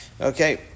okay